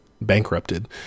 Bankrupted